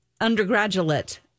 undergraduate